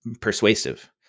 persuasive